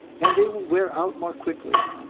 and they will wear out more quickly.